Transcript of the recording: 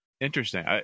Interesting